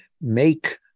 make